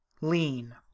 Lean